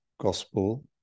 gospel